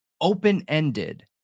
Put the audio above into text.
open-ended